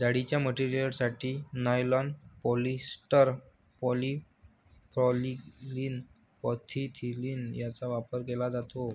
जाळीच्या मटेरियलसाठी nylon, polyester, polypropylene, polyethylene यांचा वापर केला जातो